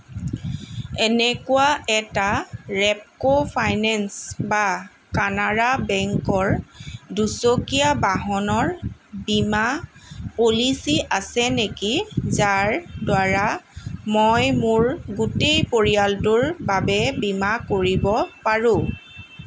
এনেকুৱা এটা Repco finance বা কানাড়া বেংকৰ দুচকীয়া বাহনৰ বীমা পলিচী আছে নেকি যাৰ দ্বাৰা মই মোৰ গোটেই পৰিয়ালটোৰ বাবে বীমা কৰিব পাৰোঁ